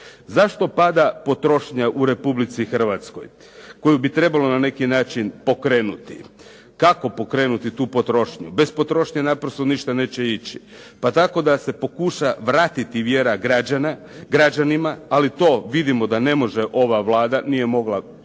Zašto pada potrošnja u Republici Hrvatskoj koju bi trebalo na neki način pokrenuti? Kako pokrenuti tu potrošnju? Bez potrošnje naprosto ništa neće ići. Pa tako da se pokuša vratiti vjera građanima, ali to vidimo da ne može ova Vlada, nije mogla bivša,